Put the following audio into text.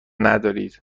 ندارید